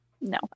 No